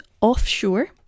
offshore